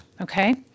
Okay